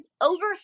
over